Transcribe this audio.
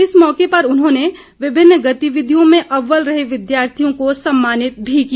इस मौके पर उन्होंने विभिन्न गतिविधियों में अव्वल रहे विद्यार्थियों को सम्मानित भी किया